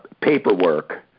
paperwork